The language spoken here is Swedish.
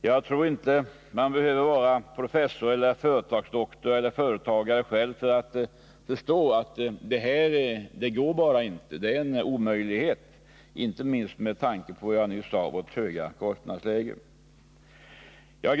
Jag tror inte att man behöver vara professor, företagsdoktor eller företagare själv för att förstå att detta, inte minst med tanke på vårt höga kostnadsläge, är en omöjlighet.